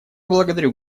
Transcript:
благодарю